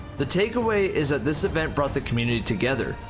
the takeaway is that this event brought the community together,